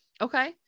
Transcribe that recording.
Okay